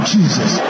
Jesus